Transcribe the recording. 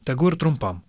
tegu ir trumpam